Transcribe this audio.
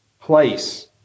place